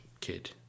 kid